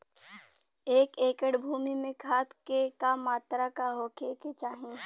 एक एकड़ भूमि में खाद के का मात्रा का होखे के चाही?